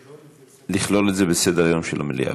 לכלול את זה בסדר-היום של המליאה.